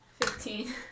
Fifteen